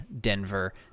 Denver